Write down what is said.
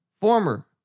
Former